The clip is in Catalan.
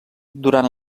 durant